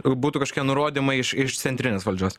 būtų kažkokie nurodymai iš iš centrinės valdžios